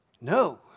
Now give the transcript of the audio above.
No